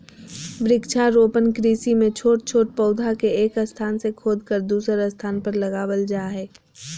वृक्षारोपण कृषि मे छोट छोट पौधा के एक स्थान से खोदकर दुसर स्थान पर लगावल जा हई